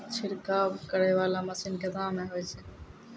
छिड़काव करै वाला मसीन केतना मे होय छै?